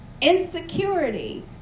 insecurity